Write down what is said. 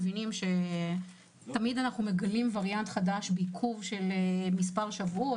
מבינים שתמיד אנחנו מגלים וריאנט חדש בעיכוב של מספר שבועות.